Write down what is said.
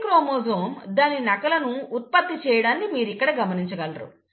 ప్రతి క్రోమోజోమ్ దాని నకలును ఉత్పత్తి చేయడాన్ని మీరు ఇక్కడ గమనించగలరు